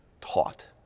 taught